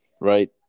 right